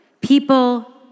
people